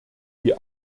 die